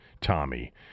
Tommy